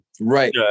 right